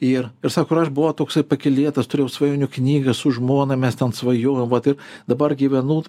ir ir sako ir aš buvau toksai pakylėtas turėjau svajonių knygą su žmona mes ten svajojom vat ir dabar gyvenu